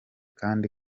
kandi